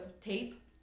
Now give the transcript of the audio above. tape